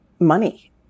Money